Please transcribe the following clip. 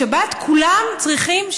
בשבת כולם צריכים,